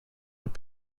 have